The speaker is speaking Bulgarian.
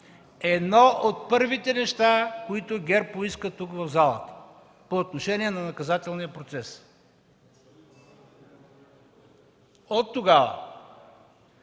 едно от първите неща, които ГЕРБ поиска тук в залата по отношение на Наказателния процес! Оттогава